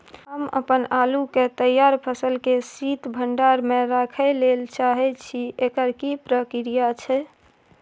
हम अपन आलू के तैयार फसल के शीत भंडार में रखै लेल चाहे छी, एकर की प्रक्रिया छै?